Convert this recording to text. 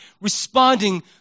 responding